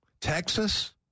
Texas